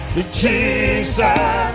Jesus